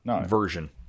version